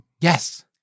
Yes